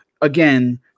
again